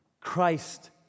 Christ